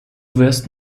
wirst